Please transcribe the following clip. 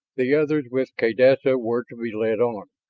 the others with kaydessa were to be led on,